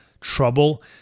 trouble